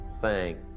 thank